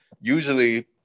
usually